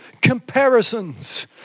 comparisons